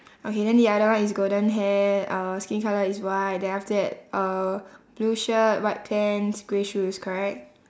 okay then the other one is golden hair uh skin colour is white then after that uh blue shirt white pants grey shoes correct